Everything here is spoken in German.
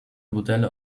modelle